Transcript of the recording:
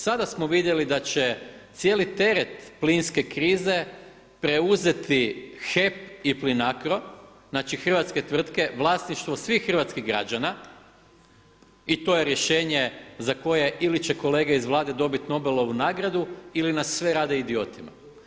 Sada smo vidjeli da će cijeli teret plinske krize preuzeti HEP i Plinacro, znači hrvatske tvrtke vlasništvo svih hrvatskih građana i to je rješenje za koje ili će kolege iz Vlade dobit Nobelovu nagradu ili nas sve rade idiotima.